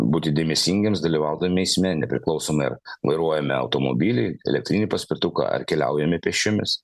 būti dėmesingiems dalyvaudami eisme nepriklausomai ar vairuojame automobilį elektrinį paspirtuką ar keliaujame pėsčiomis